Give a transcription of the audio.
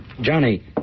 Johnny